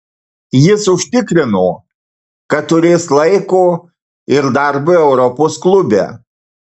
jis užtikrino kad turės laiko ir darbui europos klube